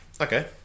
okay